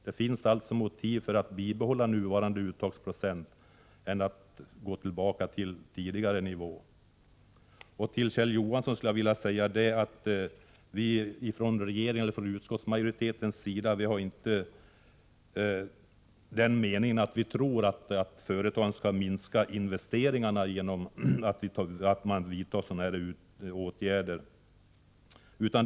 Det finns alltså motiv för att bibehålla nuvarande uttagsprocent i stället för att gå tillbaka till tidigare nivå. Till Kjell Johansson vill jag säga att vi från utskottsmajoritetens sida inte tror att företagen skall minska investeringarna genom att sådana här åtgärder vidtas.